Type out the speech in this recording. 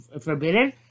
forbidden